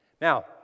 Now